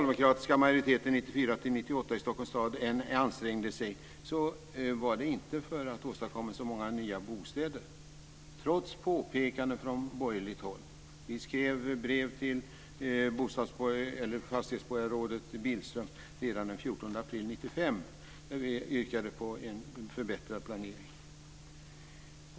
1998 i Stockholms stad än ansträngde sig så var det inte för att åstadkomma så många nya bostäder, trots påpekanden från borgerligt håll. Vi skrev brev till fastighetsborgarrådet Billström redan den 14 april 1995, där vi yrkade på en förbättrad planering.